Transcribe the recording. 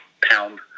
pound